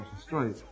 straight